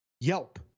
Yelp